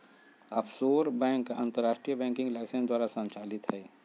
offshore bank अंतरराष्ट्रीय banking licence द्वारा संचालित हइ